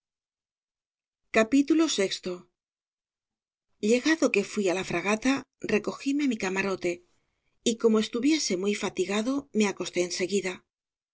o que fui á la fragata recogíme á mi camarote y como estuviese muy fatigado me acosté en seguida